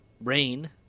rain